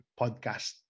podcast